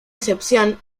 excepción